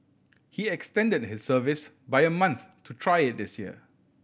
he extended his service by a month to try it this year